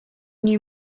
new